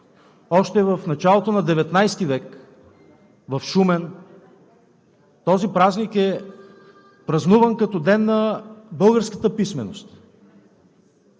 Още в началото на ХIХ век в Шумен този празник е празнуван като Ден на българската писменост.